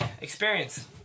experience